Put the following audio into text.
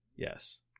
yes